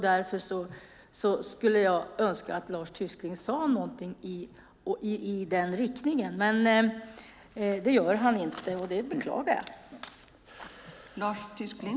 Därför skulle jag önska att Lars Tysklind sade någonting i den riktningen, men det gör han inte. Det beklagar jag.